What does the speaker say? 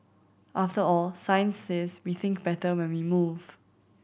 after all science says we think better when we move